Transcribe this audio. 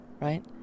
right